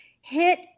hit